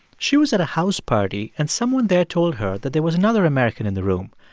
she was at a house party, and someone there told her that there was another american in the room.